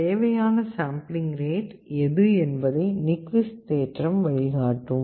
தேவையான sampling rate எது என்பதை நிக்விஸ்ட் தேற்றம் வழிகாட்டும்